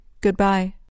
goodbye